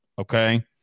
Okay